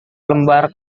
lembar